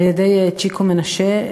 על-ידי צ'יקו מנשה,